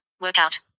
workout